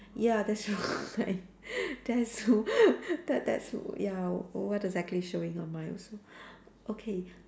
ya that's that's too that that's ya what exactly showing on mine also okay